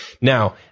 Now